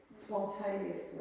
spontaneously